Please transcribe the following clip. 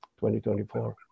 2024